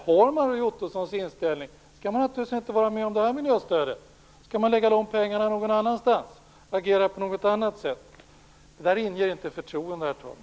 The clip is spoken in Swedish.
Har man Roy Ottossons inställning skall man naturligtvis inte stödja detta miljöstöd utan satsa pengarna på någonting annat och agera på något annat sätt. Detta inger inte förtroende, herr talman.